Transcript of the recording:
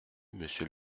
monsieur